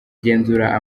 genzura